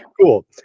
Cool